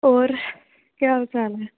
होर केह् हाल चाल ऐ